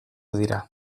dira